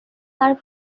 তাৰ